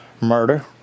murder